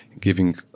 giving